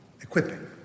Equipping